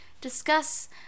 discuss